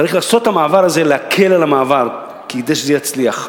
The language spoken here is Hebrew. צריך לעשות, להקל את המעבר, כדי שזה יצליח,